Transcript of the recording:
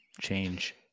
change